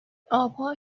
آبها